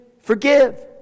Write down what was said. forgive